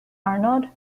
arnold